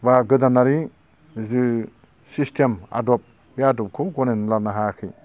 बा गोदानारि जे सिसटेम आदब बे आदबखौ गनायनानै लानो हायाखै